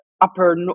upper